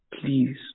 Please